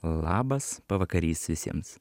labas pavakarys visiems